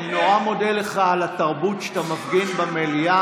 אני נורא מודה לך על התרבות שאתה מפגין במליאה.